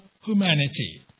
humanity